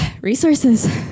Resources